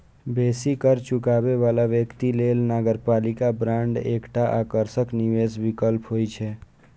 बेसी कर चुकाबै बला व्यक्ति लेल नगरपालिका बांड एकटा आकर्षक निवेश विकल्प होइ छै